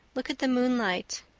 look at the moonlight.